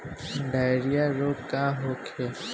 Diarrhoea रोग का होखे?